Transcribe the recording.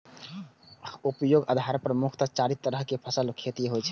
उपयोगक आधार पर मुख्यतः चारि तरहक फसलक खेती होइ छै